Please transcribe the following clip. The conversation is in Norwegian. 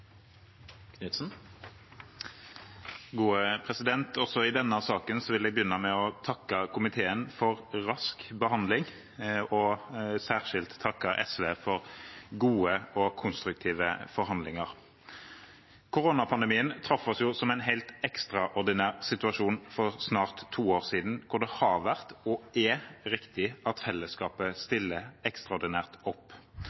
for gode og konstruktive forhandlinger. Koronapandemien traff oss som en helt ekstraordinær situasjon for snart to år siden, og det har vært og er riktig at fellesskapet stiller ekstraordinært opp